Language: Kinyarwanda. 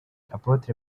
apotre